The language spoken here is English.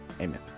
amen